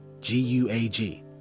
G-U-A-G